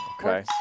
Okay